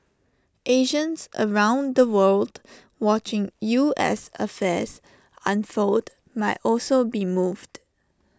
Asians around the world watching U S affairs unfold might also be moved